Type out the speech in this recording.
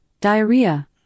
diarrhea